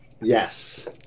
yes